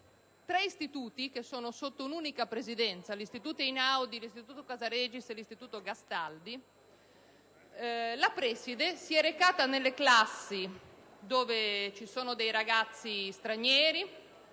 tre istituti, che sono sotto un'unica presidenza - l'Istituto Einaudi, l'Istituto Casaregis e l'Istituto Galilei - la preside si è recata nelle classi in cui ci sono ragazzi stranieri,